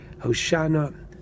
Hoshana